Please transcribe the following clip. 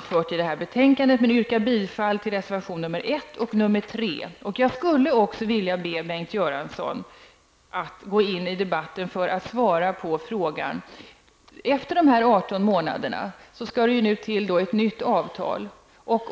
fogat till betänkandet, och jag vill yrka bifall till reservationerna 1 och 3. Jag skulle också vilja be Bengt Göransson att gå in i debatten för att svara på följande frågor. Efter de 18 månaderna skall det upprättas ett nytt avtal.